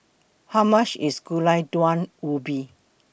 How much IS Gulai Daun Ubi